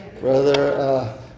Brother